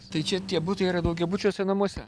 tai čia tie butai yra daugiabučiuose namuose